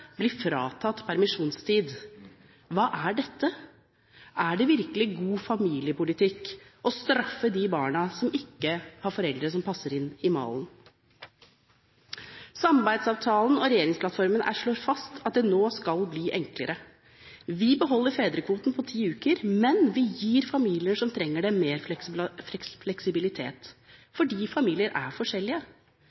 blir fratatt permisjonstid. Hva er dette? Er det virkelig god familiepolitikk å straffe de barna som ikke har foreldre som passer inn i malen? Samarbeidsavtalen og regjeringsplattformen slår fast at det nå skal bli enklere. Vi beholder fedrekvoten på ti uker, men vi gir familier som trenger det,